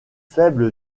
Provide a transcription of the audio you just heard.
faible